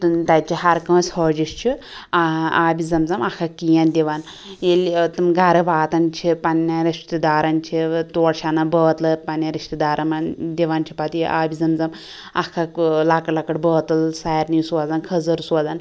تہٕ تتہِ چھِ ہر کٲنٛسہِ حٲجِس چھِ ٲں آبِ زم زم اکھ اکھ کین دِوان ییٚلہِ تِم گھرٕ واتان چھ پَننیٚن رِشتہٕ دارَن چھ تورٕ چھِ انان بوتلہٕ پَننیٚن رِشتہٕ دارَن منٛز دوان چھِ پَتہٕ یہِ آبِ زم زم اکھ اکھ ٲں لۄکٕٹۍ لۄکٕٹۍ بوتَل سارنٕے سوزان خٔذٕر سوزان